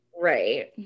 Right